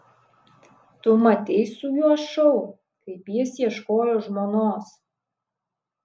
tu matei su juo šou kaip jis ieškojo žmonos